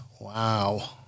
Wow